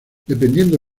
dependiendo